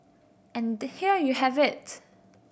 and here you have it